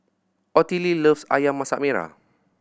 Ottilie loves Ayam Masak Merah